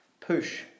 Push